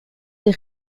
des